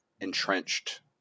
entrenched